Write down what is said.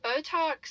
Botox